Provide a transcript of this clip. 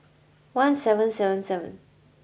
one seven seven seven